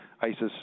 ISIS